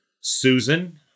Susan